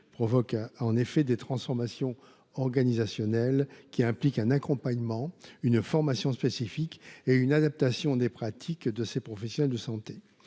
provoquent des transformations organisationnelles, qui impliquent un accompagnement, une formation spécifique et une adaptation des pratiques de ces professionnels de santé.